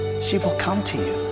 she will come to you.